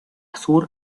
sur